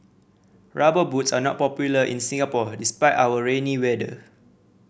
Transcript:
Rubber Boots are not popular in Singapore despite our rainy weather